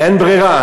אין ברירה,